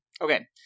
Okay